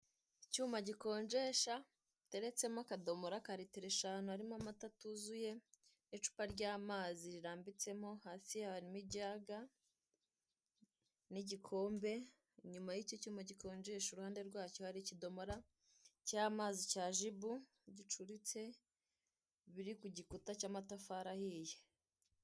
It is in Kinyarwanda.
Icyuma gikonjesha giteretsemo akadomora ka litiro eshanu harimo amata atuzuye icupa ry'amazi rirambitsemo, hasi harimo igiyaga n'igikombe inyuma y'icyo cyuma gikonjesha iruhande rwacyo hari ikidomarara cy'amazi cyajibu gicuritse biri ku gikuta cy'amatafari ahiye.